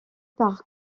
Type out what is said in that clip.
par